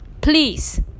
please